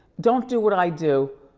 don't do what i do.